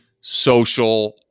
social